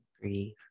Breathe